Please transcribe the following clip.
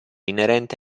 inerente